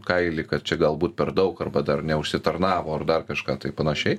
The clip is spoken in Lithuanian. kailį kad čia galbūt per daug arba dar neužsitarnavo ar dar kažką tai panašiai